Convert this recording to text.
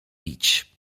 bić